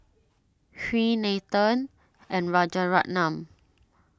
Hri Nathan and Rajaratnam